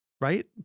right